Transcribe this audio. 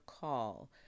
call